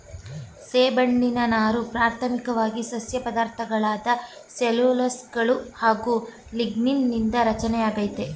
ಸೆಣ್ಬಿನ ನಾರು ಪ್ರಾಥಮಿಕ್ವಾಗಿ ಸಸ್ಯ ಪದಾರ್ಥಗಳಾದ ಸೆಲ್ಯುಲೋಸ್ಗಳು ಹಾಗು ಲಿಗ್ನೀನ್ ನಿಂದ ರಚನೆಯಾಗೈತೆ